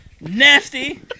Nasty